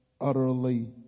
utterly